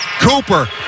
Cooper